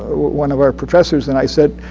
one of our professors, and i said,